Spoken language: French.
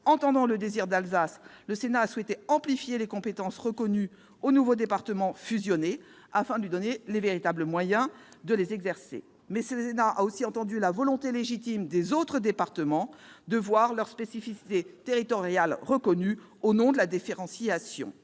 Entendant le « désir d'Alsace », la Haute Assemblée a souhaité amplifier les compétences reconnues au nouveau département fusionné, afin de lui donner les véritables moyens de les exercer. Mais le Sénat a aussi entendu la volonté légitime des autres départements de voir leurs spécificités territoriales reconnues au nom de la différenciation.